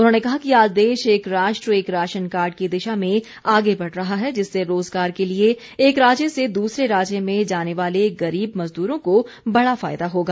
उन्होंने कहा कि आज देश एक राष्ट्र एक राशन कार्ड की दिशा में आगे बढ़ रहा है जिससे रोजगार के लिए एक राज्य से दूसरे राज्य में जाने वाले गरीब मजदूरों को बड़ा फायदा होगा